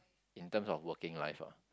in terms of working life ah